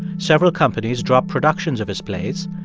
several companies dropped productions of his plays.